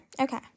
Okay